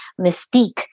mystique